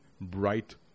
bright